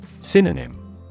Synonym